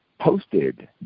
posted